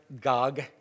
Gog